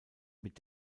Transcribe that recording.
mit